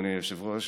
אדוני היושב-ראש,